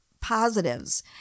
positives